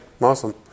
Awesome